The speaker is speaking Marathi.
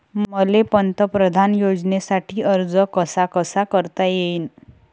मले पंतप्रधान योजनेसाठी अर्ज कसा कसा करता येईन?